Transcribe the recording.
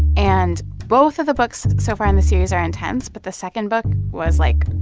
and both of the books so far in the series are intense. but the second book was, like,